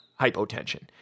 hypotension